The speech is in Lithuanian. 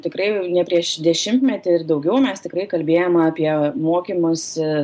tikrai ne prieš dešimtmetį ir daugiau mes tikrai kalbėjom apie mokymosi